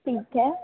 ठीक है